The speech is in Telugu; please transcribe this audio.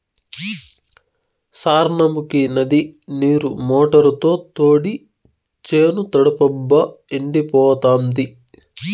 సార్నముకీ నది నీరు మోటారుతో తోడి చేను తడపబ్బా ఎండిపోతాంది